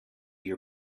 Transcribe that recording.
your